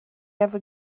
ever